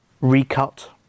recut